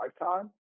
lifetime